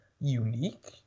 unique